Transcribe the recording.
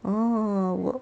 orh